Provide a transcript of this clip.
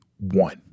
one